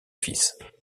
fils